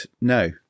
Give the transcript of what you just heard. no